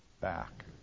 back